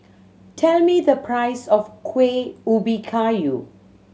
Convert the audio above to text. tell me the price of Kuih Ubi Kayu